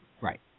Right